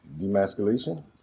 demasculation